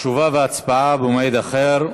תשובה והצבעה במועד אחר.